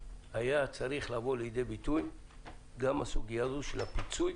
היה צריך לבוא לידי ביטוי גם סוגית הפיצוי